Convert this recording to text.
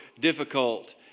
difficult